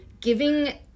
giving